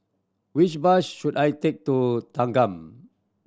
which bus should I take to Thanggam